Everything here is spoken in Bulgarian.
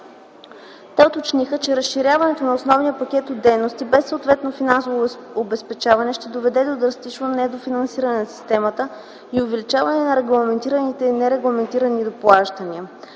Те уточниха, че разширяването на основния пакет от дейности, без съответното финансово обезпечаване, ще доведе до драстично недофинансиране на системата и увеличаване на регламентираните и нерегламентирани доплащания.